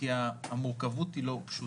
כי המורכבות היא לא פשוטה.